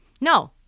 No